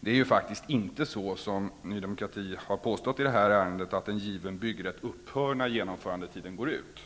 Det är faktiskt inte på det sättet som Ny demokrati har påstått i detta ärende, att en given byggrätt upphör när genomförandetiden går ut.